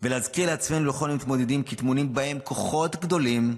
ולהזכיר לעצמנו ולכל המתמודדים כי טמונים בהם כוחות גדולים,